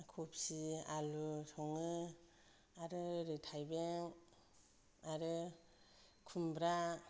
कफि आलु सङो आरो ओरै थायबें आरो खुमब्रा